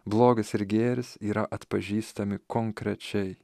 blogis ir gėris yra atpažįstami konkrečiai